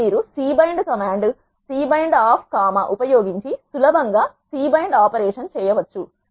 ఇప్పుడు మీరు C bind command C bind of comma ఉపయోగించి సులభంగా సి బైండ్ ఆపరేషన్ చేయవచ్చు